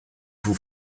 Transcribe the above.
vous